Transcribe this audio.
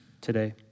today